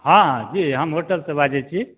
हँ जी हम होटल से बाजै छी